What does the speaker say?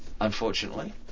unfortunately